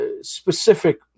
specific